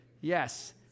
Yes